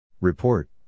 Report